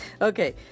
Okay